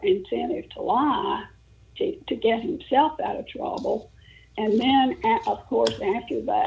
incentive to lie to get himself out of trouble and man of course after